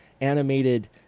animated